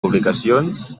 publicacions